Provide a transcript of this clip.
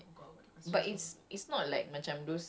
did they show the questions yang she wrote